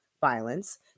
violence